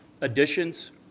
additions